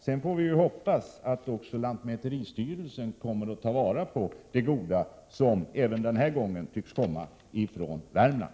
Sedan får vi hoppas att också lantmäteristyrelsen tar vara på det goda som även denna gång tycks komma från Värmland.